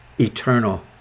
Eternal